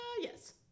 yes